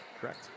Correct